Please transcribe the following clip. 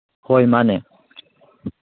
ꯍꯣꯏ ꯃꯥꯅꯦ